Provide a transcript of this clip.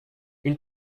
une